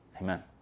Amen